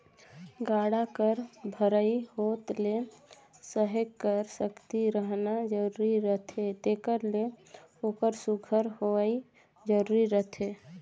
गाड़ा कर भरई होत ले सहे कर सकती रहना जरूरी रहथे तेकर ले ओकर सुग्घर होवई जरूरी रहथे